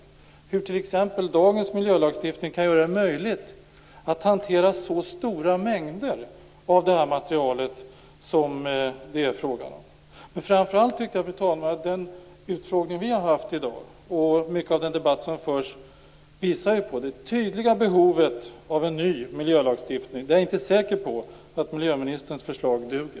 Hur kan t.ex. dagens miljölagstiftning göra det möjligt att hantera så stora mängder som det är fråga om av det här materialet? Framför allt tyckte jag, fru talman, att den utfrågning vi hade i dag - liksom mycket av den debatt som har förts tidigare - visar på det tydliga behovet av en ny miljölagstiftning. Jag är inte säker på att miljöministerns förslag duger.